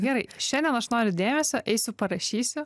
gerai šiandien aš noriu dėmesio eisiu parašysiu